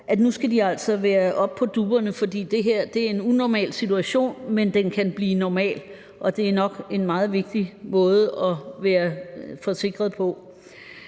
at de altså skal være oppe på dupperne, for det her er en unormal situation, men den kan blive normal, og at det nok er meget vigtigt at være forsikret på